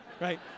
right